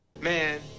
Man